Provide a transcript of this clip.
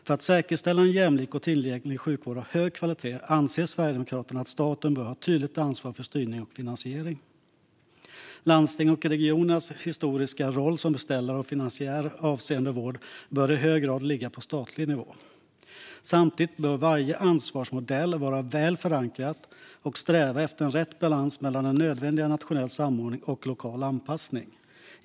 För att säkerställa en jämlik och tillgänglig sjukvård av hög kvalitet anser Sverigedemokraterna att staten bör ha ett tydligt ansvar för styrning och finansiering. Landstingens och regionernas historiska roll som beställare och finansiär avseende vård bör i hög grad ligga på statlig nivå. Samtidigt bör varje ansvarsmodell vara väl förankrad och sträva efter rätt balans mellan nödvändig nationell samordning och lokal anpassning.